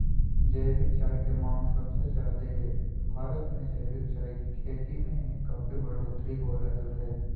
जैविक चाय के मांग सबसे ज्यादे हई, भारत मे जैविक चाय के खेती में काफी बढ़ोतरी हो रहल हई